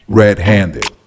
red-handed